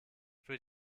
für